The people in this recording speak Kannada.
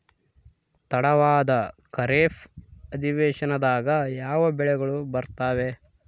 ತಡವಾದ ಖಾರೇಫ್ ಅಧಿವೇಶನದಾಗ ಯಾವ ಬೆಳೆಗಳು ಬರ್ತಾವೆ?